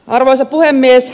arvoisa puhemies